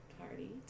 Party